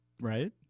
right